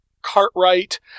Cartwright